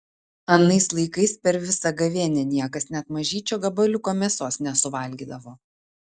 anais laikais per visą gavėnią niekas net mažyčio gabaliuko mėsos nesuvalgydavo